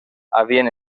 havien